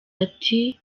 ati